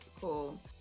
Cool